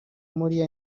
moriah